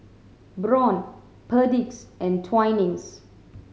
Braun Perdix and Twinings